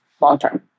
long-term